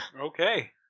Okay